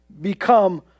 become